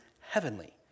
heavenly